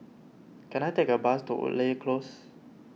can I take a bus to Woodleigh Close